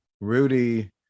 Rudy